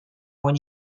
when